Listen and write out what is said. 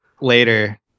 later